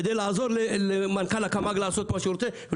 כדי לעזור למנכ"ל הקמ"ג לעשות מה שהוא רוצה,